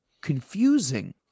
confusing